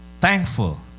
Thankful